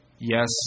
yes